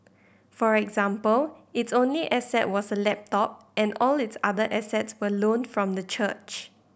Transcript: for example its only asset was a laptop and all its other assets were loaned from the church